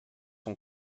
son